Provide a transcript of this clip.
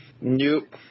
Nope